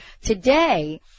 today